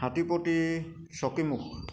হাতীপতি চকীমুখ